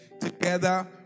together